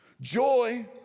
Joy